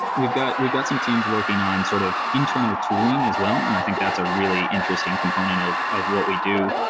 we've got we've got some teams working on sort of internal tooling as well, and i think that's a really interesting component of of what we do.